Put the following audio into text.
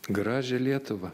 gražią lietuvą